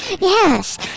Yes